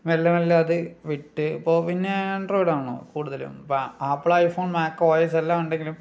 മെല്ലെ മെല്ലെ അത് വിട്ട് ഇപ്പോൾ പിന്നെ ആൻഡ്രോയിഡ് അണല്ലോ കൂടുതലും വ Apple iPhone Mac O S എല്ലാം ഉണ്ടെങ്കിലും